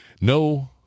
no